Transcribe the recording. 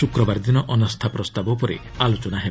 ଶ୍ରକ୍ରବାର ଦିନ ଅନାସ୍ଥା ପ୍ରସ୍ତାବ ଉପରେ ଆଲୋଚନା ହେବ